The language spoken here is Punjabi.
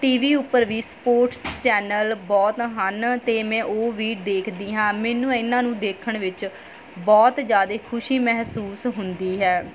ਟੀਵੀ ਉੱਪਰ ਵੀ ਸਪੋਰਟਸ ਚੈਨਲ ਬਹੁਤ ਹਨ ਅਤੇ ਮੈਂ ਉਹ ਵੀ ਦੇਖਦੀ ਹਾਂ ਮੈਨੂੰ ਇਹਨਾਂ ਨੂੰ ਦੇਖਣ ਵਿੱਚ ਬਹੁਤ ਜ਼ਿਆਦਾ ਖੁਸ਼ੀ ਮਹਿਸੂਸ ਹੁੰਦੀ ਹੈ